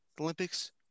olympics